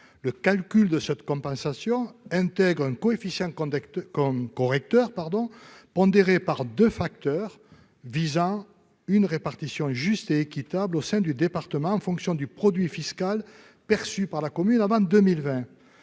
Le calcul de cette compensation intègre un coefficient correcteur pondéré par deux facteurs, visant une répartition juste et équitable au sein du département en fonction du produit fiscal perçu par la commune avant 2020.